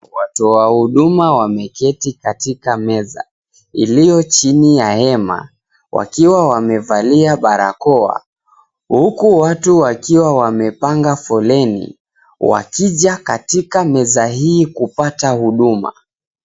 Watu wa huduma wameketi katika meza iliyo chini ya hema, wakiwa wamevalia barakoa huku watu wakiwa wamepanga foleni wakija katika meza hii kupata huduma.